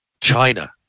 China